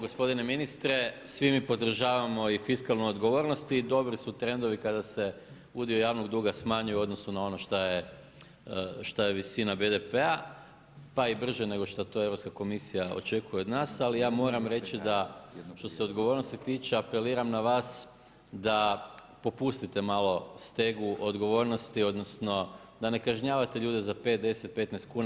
Gospodine ministre, svi mi podržavamo i fiskalnu odgovornost i dobri su trendovi kada se udio javnog duga smanjuje u odnosu na ono što je visina BDP-a, pa i brže nego što to Europska komisija očekuje od nas, ali ja moram reći da što se odgovornosti tiče, apeliram na vas da popustite malo stegu odgovornosti odnosno da ne kažnjavate ljude za 5, 10, 15 kuna.